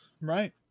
Right